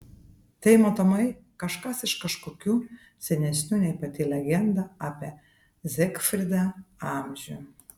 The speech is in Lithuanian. tai matomai kažkas iš kažkokių senesnių nei pati legenda apie zigfridą amžių